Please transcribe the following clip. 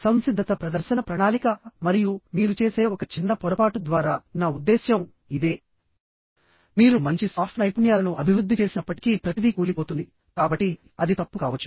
సంసిద్ధత ప్రదర్శన ప్రణాళిక మరియు మీరు చేసే ఒక చిన్న పొరపాటు ద్వారా నా ఉద్దేశ్యం ఇదే మీరు మంచి సాఫ్ట్ నైపుణ్యాలను అభివృద్ధి చేసినప్పటికీ ప్రతిదీ కూలిపోతుంది కాబట్టి అది తప్పు కావచ్చు